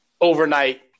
overnight